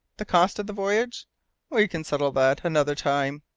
the cost of the voyage we can settle that another time,